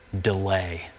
delay